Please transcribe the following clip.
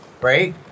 Right